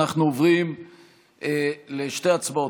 אנחנו עוברים לשתי הצבעות,